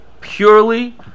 purely